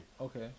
Okay